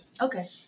Okay